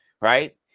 right